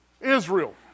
Israel